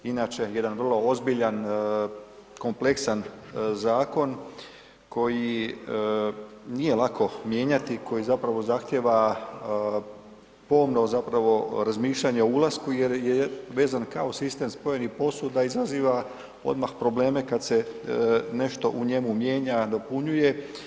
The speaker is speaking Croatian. Inače, jedan vrlo ozbiljan, kompleksan zakon koji nije lako mijenjati, koji zapravo zahtjeva pomno zapravo razmišljanje o ulasku jer je vezan kao sistem spojenih posuda, izaziva odmah probleme kad se nešto u njemu mijenja, dopunjuje.